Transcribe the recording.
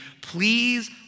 please